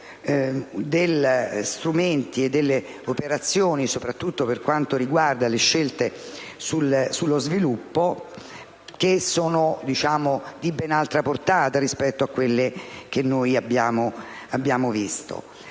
- strumenti e operazioni, soprattutto per quanto riguarda le scelte sullo sviluppo, che sono di ben altra portata rispetto a quelle che abbiamo visto